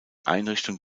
einrichtung